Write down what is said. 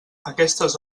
aquestes